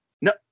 no